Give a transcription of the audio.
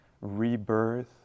rebirth